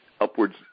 upwards